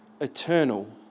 eternal